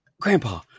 Grandpa